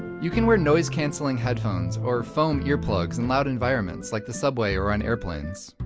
you can wear noise canceling headphones or foam earplugs in loud environments like the subway or on airplanes.